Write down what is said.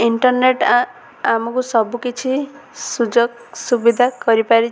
internet ଆମକୁ ସବୁ କିିଛି ସୁଯୋଗ ସୁବିଧା କରିପାରିଛି